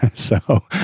so.